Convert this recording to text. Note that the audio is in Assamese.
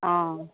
অঁ